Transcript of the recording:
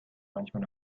manchmal